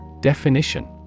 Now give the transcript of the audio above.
Definition